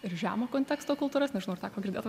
ir žemo konteksto kultūras nežinau ar teko girdėt